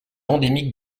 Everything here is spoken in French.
endémique